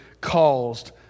caused